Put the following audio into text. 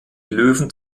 löwen